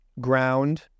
ground